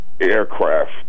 aircraft